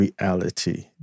reality